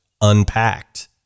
unpacked